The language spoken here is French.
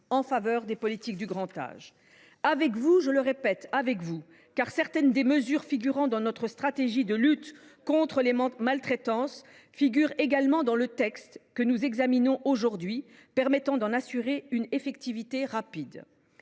en faveur du grand âge. Avec vous, oui, car certaines des mesures figurant dans notre stratégie de lutte contre les maltraitances se trouvent également dans le texte que nous examinons aujourd’hui, permettant d’en assurer une effectivité rapide.